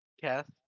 cast